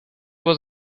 was